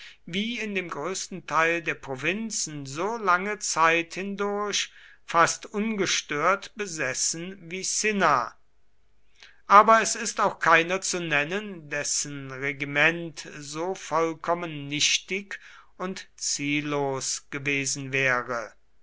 wie in dem größten teil der provinzen so lange zeit hindurch fast ungestört besessen wie cinna aber es ist auch keiner zu nennen dessen regiment so vollkommen nichtig und ziellos gewesen wäre